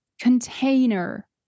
container